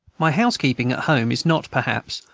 my housekeeping at home is not, perhaps,